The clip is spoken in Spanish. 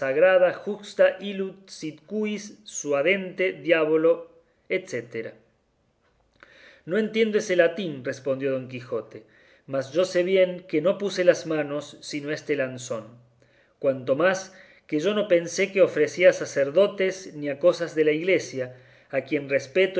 sagrada juxta illud si quis suadente diabolo etc no entiendo ese latín respondió don quijote mas yo sé bien que no puse las manos sino este lanzón cuanto más que yo no pensé que ofendía a sacerdotes ni a cosas de la iglesia a quien respeto